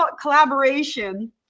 collaboration